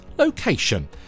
Location